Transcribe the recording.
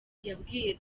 yabwiye